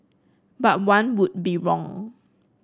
but one would be wrong